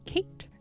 Kate